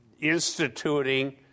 instituting